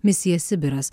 misija sibiras